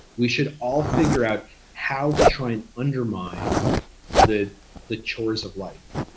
we should all figure out how to try and undermine the the chores of life.